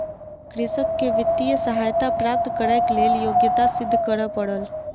कृषक के वित्तीय सहायता प्राप्त करैक लेल योग्यता सिद्ध करअ पड़ल